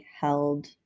held